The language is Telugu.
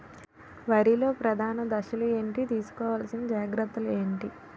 వరిలో ప్రధాన దశలు ఏంటి? తీసుకోవాల్సిన జాగ్రత్తలు ఏంటి?